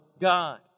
God